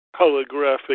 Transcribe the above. holographic